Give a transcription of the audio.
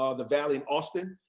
ah the valley, and austin.